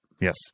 Yes